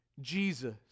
Jesus